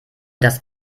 das